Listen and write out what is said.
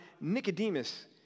Nicodemus